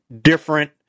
different